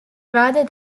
rather